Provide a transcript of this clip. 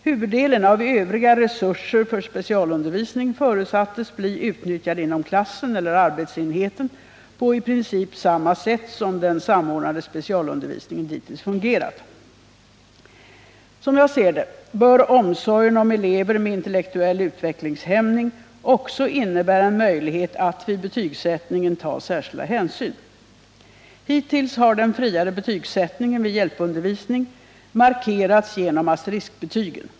Huvuddelen av övriga resurser för specialundervisning förutsattes bli utnyttjad inom klassen eller arbetsenheten på i princip samma sätt som den samordnade specialundervisningen dittills fungerat . Som jag ser det bör omsorgen om elever med intellektuell utvecklingshämning också innebära en möjlighet att vid betygsättningen ta särskilda hänsyn. Hittills har den friare betygsättningen vid hjälpundervisning markerats genom asteriskbetygen.